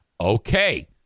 Okay